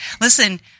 Listen